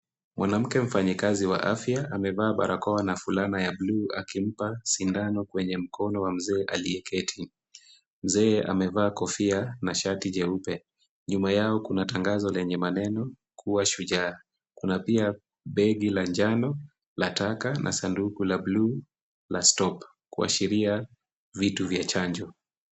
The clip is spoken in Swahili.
Mwanamke mfanyikazi wa afya amevaa barakoa na fulana ya bluu akimpa sindano kwenye mkono wa mzee aliyeketi. Mzee amevaa kofia na shati jeupe. Nyuma yao kuna tangazo lenye maneno, kuwa shujaa kuna pia begi la njano la taka na sanduku la bluu la stock kuashiria vitu vya chanjo.